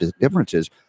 differences